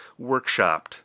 workshopped